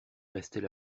restait